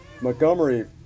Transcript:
Montgomery